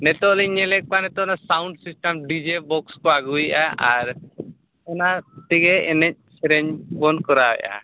ᱱᱤᱛᱚᱜ ᱞᱤᱧ ᱧᱮᱞᱮᱫ ᱠᱚᱣᱟ ᱱᱤᱛᱚᱜ ᱚᱱᱟ ᱥᱟᱣᱩᱱᱰ ᱥᱤᱥᱴᱮᱢ ᱰᱤᱡᱮ ᱵᱚᱠᱥ ᱠᱚ ᱟᱹᱜᱩᱭᱮᱫᱼᱟ ᱟᱨ ᱚᱱᱟ ᱛᱮᱜᱮ ᱮᱱᱮᱡ ᱥᱮᱨᱮᱧ ᱵᱚᱱ ᱠᱚᱨᱟᱣᱮᱫᱜᱼᱟ